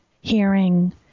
hearing